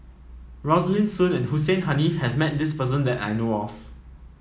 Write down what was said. Rosaline Soon and Hussein Haniff has met this person that I know of